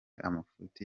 amafuti